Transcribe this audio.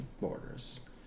Borders